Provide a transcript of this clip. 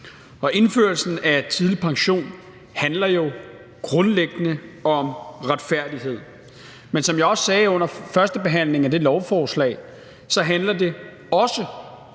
Indførelsen af tidlig pension handler jo grundlæggende om retfærdighed, men som jeg også sagde under førstebehandlingen af det lovforslag, handler det også og